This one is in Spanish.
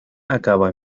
acaba